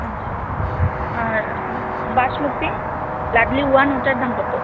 আচ্ছা আর বাসমতি লাডলি ওয়ান ওটার দাম কত